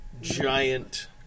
giant